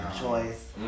choice